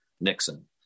Nixon